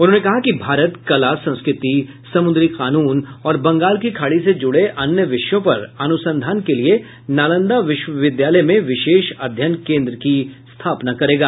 उन्होंने कहा कि भारत कला संस्कृति समुद्री कानून और बंगाल की खाड़ी से जुड़े अन्य विषयों पर अनुसंधान के लिए नालंदा विश्वविद्यालय में विशेष अध्ययन केंद्र की स्थापना करेगा